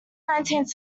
nineteenth